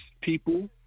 people